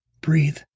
Breathe